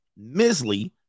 Misley